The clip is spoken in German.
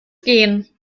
gehen